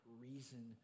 reason